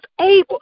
able